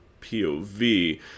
POV